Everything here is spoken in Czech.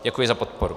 Děkuji za podporu.